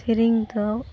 ᱥᱮᱨᱮᱧ ᱫᱚ